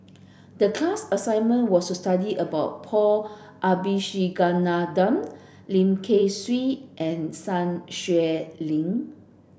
the class assignment was to study about Paul Abisheganaden Lim Kay Siu and Sun Xueling